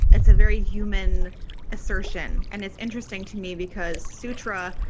it's a very human assertion and it's interesting to me because citra,